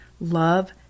love